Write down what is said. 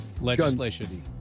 legislation